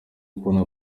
kubona